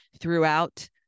throughout